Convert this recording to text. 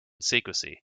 secrecy